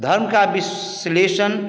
धर्म का विश्लेषण